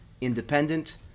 independent